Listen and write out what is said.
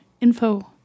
Info